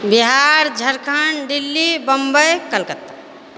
Bihar Jharkhand Delhi Bombay Calcutta